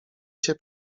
się